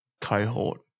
cohort